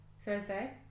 Thursday